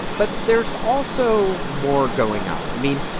but there's also more going on. i mean,